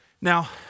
Now